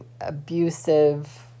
abusive